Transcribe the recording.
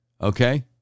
Okay